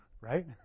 right